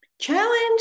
Challenge